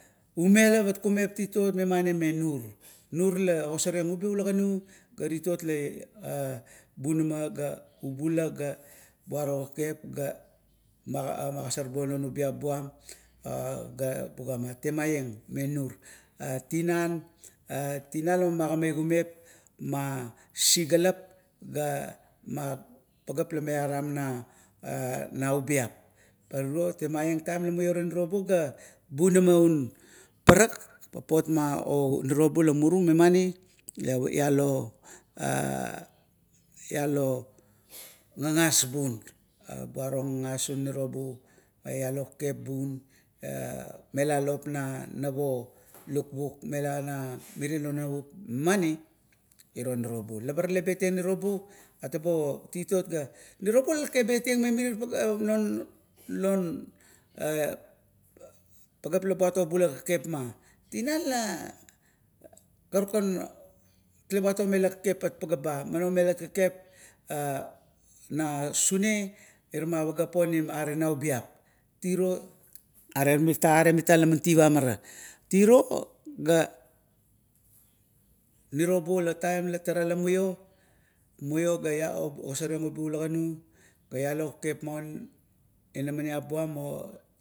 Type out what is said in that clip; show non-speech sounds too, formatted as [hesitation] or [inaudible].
Kumep titot la nameng me nur. Nur la ogosor eng ubi ula ganu ga titot [hesitation] la burama ga ubula ga buaro kekep ga magosor buong non ubiap buam ga tugama temaieng me nur. A tinan, a tinan la magamai kumep, ma sisigalap ga ma pageap la maiaram na ubiap. Pa tiro temaieng la muiora nirobu, bunama umm parak, papot ma nirobu la muru, memani la ialo, ialo gagas bu buaro gagas un nirobu, la ialo kekep bun, emela lop na nap o lukbuk mela na mirie lon navup, memani iro nirobui. La ma tale betieng nirobu atabo titot, nirobu la maset betiang me mirie non pageap la buat obula kekep maun. Tina la karukan, tale buat omela kekep patpagea ba. Man omelat kekep na sune ma pagea onim naubiap. Tiro are mita laman tivam ara. Tiro ga, nirobu na tara la muio, muio ga ogasareng ubi ula, ga lalo kekep maum, inamaniap buam o.